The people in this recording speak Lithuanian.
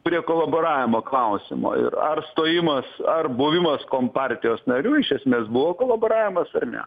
prie kolaboravimo klausimo ir ar stojimas ar buvimas kompartijos nariu iš esmės buvo kolaboravimas ar ne